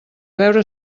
veure